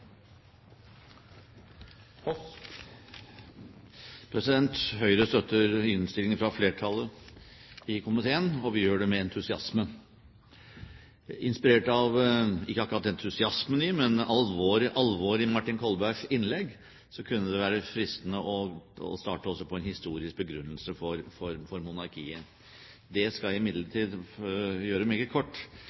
det med entusiasme. Inspirert av ikke akkurat entusiasmen, men alvoret, i Martin Kolbergs innlegg kunne det være fristende også å starte på en historisk begrunnelse for monarkiet. Det skal jeg imidlertid gjøre meget kort,